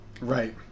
right